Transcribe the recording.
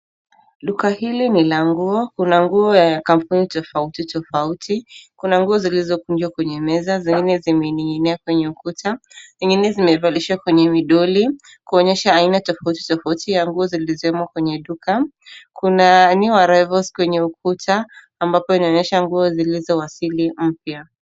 Duka hili ni la nguo; kuna nguo ya kampuni tofauti, tofauti. Kuna nguo zilizokunjwa kwenye meza, zingine zimening'nia kwenye ukuta, zingine zimevalishwa kwenye dolls kuonyesha aina tofauti, tofauti ya nguo zilizomo kwenye duka. Kuna New Arrivals kwenye ukuta ambapo inaonyesha nguo zilizowasili mpya.